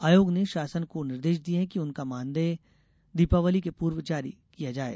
आयोग ने शासन को निर्देश दिये हैं कि उनका मानदेय दीपावली के पूर्व जारी किया जाये